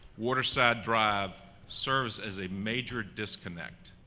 waterside drive serves as a major disconnect.